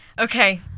okay